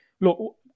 look